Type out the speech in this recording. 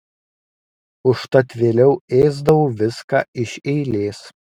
užtat vėliau ėsdavau viską iš eilės